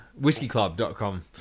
Whiskeyclub.com